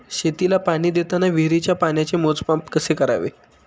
शेतीला पाणी देताना विहिरीच्या पाण्याचे मोजमाप कसे करावे?